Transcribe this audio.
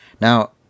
Now